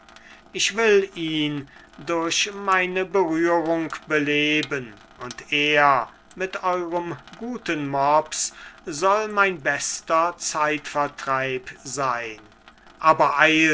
ich will ihn durch meine berührung beleben und er mit eurem guten mops soll mein bester zeitvertreib sein aber eilt